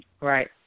Right